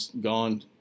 gone